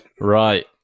Right